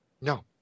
No